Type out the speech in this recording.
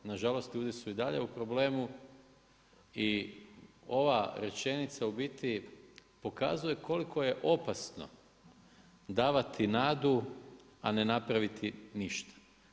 Nažalost ljudi su i dalje u problemu i ova rečenica u biti pokazuje koliko je opasno davati nadu a ne napraviti ništa.